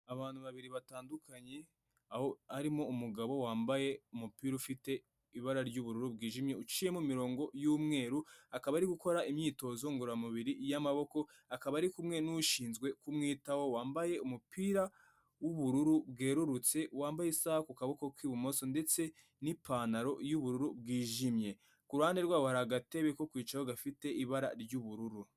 Abantu babiri batandukanye arimo umugabo wambaye umupira ufite ibara ry'ubururu bwijimye uciyemo imirongo y’umweru akaba ari gukora imyitozo ngororamubiri y'amaboko akaba ari kumwe n’ushinzwe kumwitaho wambaye umupira w’ubururu bwerurutse wambaye isaha ku kaboko k'ibumoso ndetse n'ipantaro y'ubururu bwijimye kuruhande rwabo hari agatebe ko kwicara ho gafite ibara ry'ubururu.